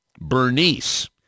Bernice